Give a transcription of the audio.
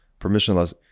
permissionless